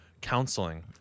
counseling